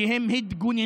כי הם התגוננו,